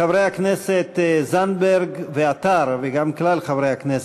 חברי הכנסת זנדברג ועטר וגם כלל חברי הכנסת,